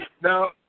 Now